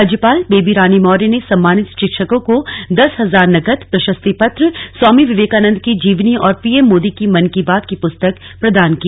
राज्यपाल बेबी रानी मौर्य ने सम्मानित शिक्षकों को दस हजार नकद प्रशस्ति पत्र स्वामी विवेकानंद की जीवनी और पीएम मोदी की मन की बात की पुस्तक प्रदान की